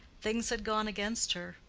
things had gone against her.